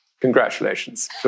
Congratulations